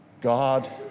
God